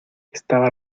estaba